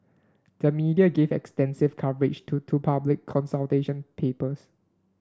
the media gave extensive coverage to two public consultation papers